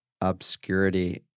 obscurity